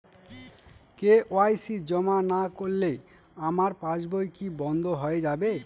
KYC জমা না করলে আমার পাসবই কি বন্ধ হয়ে যাবে?